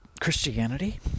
Christianity